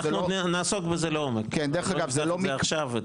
אנחנו נעסוק בזה לעומק, זה לא לעכשיו.